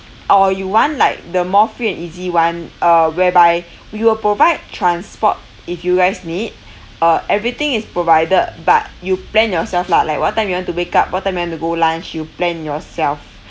or you want like the more free and easy [one] uh whereby we will provide transport if you guys need uh everything is provided but you plan yourself lah like what time you want to wake up what time you want to go lunch you plan yourself